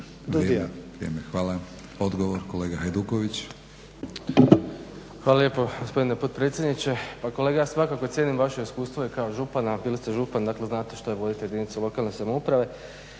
**Hajduković, Domagoj (SDP)** Hvala lijepo gospodine potpredsjedniče. Pa kolega ja svakako cijenim vaše iskustvo kao župana, bili ste župan dakle znate što je voditi jedinicu lokalne samouprave.